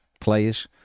players